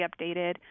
updated